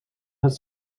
has